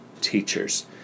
teachers